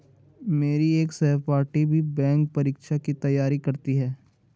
मेरी एक सहपाठी भी बैंक परीक्षा की ही तैयारी करती है